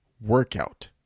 workout